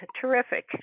terrific